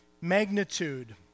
magnitude